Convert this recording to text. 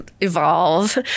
evolve